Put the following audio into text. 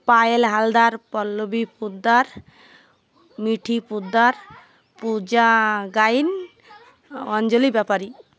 ପାଏଲ ହାଲଦାର ପଲ୍ଲବୀ ପଦାର ମିଠି ପଦାର ପୂଜା ଗାଇନ ଅଞ୍ଜଲି ବେପାରୀ